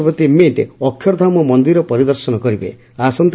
ସନ୍ଧ୍ୟାରେ ରାଷ୍ଟ୍ରପତି ମିଣ୍ଟ ଅକ୍ଷରଧାମ ମନ୍ଦିର ପରିଦର୍ଶନ କରିବେ